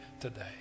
today